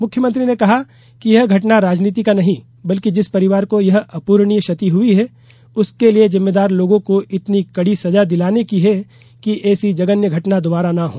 मुख्यमंत्री ने कहा कि यह घटना राजनीति का नहीं बल्कि जिस परिवार को यह अपूरणीय क्षति हुई है उसके लिए जिम्मेदार लोगों को इतनी कड़ी सजा दिलाने की है कि ऐसी जघन्य घटना दोबारा न हो